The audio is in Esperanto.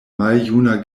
maljuna